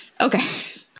Okay